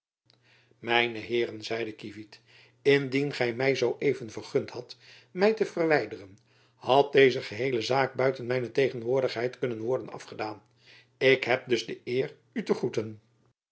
mijne heeren zeide kievit indien gy my zoo even vergund hadt my te verwijderen had deze geheele zaak buiten mijne tegenwoordigheid kunnen worden afgedaan ik heb dus de eer u te groeten